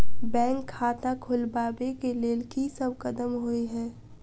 Bank खाता खोलबाबै केँ लेल की सब कदम होइ हय?